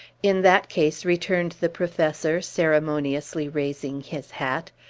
in that case, returned the professor, ceremoniously raising his hat,